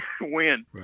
win